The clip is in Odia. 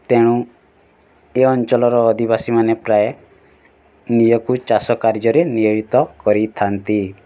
ତେଣୁ ଏ ଅଞ୍ଚଳର ଅଧିବାସୀମାନେ ପ୍ରାୟ ନିଜକୁ ଚାଷ କାର୍ଯ୍ୟରେ ନିୟୋଜିତ କରିଥାନ୍ତି